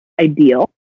ideal